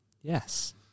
Yes